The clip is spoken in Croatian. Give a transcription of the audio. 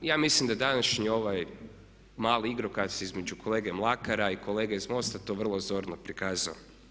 Ja mislim da današnji ovaj mali igrokaz između kolege Mlakara i kolege iz MOST-a to vrlo zorno prikazao.